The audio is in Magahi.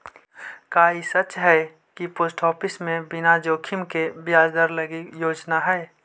का ई सच हई कि पोस्ट ऑफिस में बिना जोखिम के ब्याज दर लागी योजना हई?